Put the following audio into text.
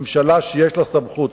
ממשלה שיש לה סמכות,